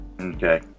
Okay